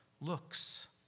looks